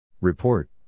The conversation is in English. Report